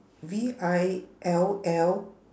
V I L L